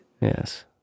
Yes